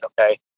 okay